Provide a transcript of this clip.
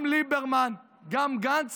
גם ליברמן, גם גנץ,